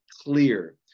clear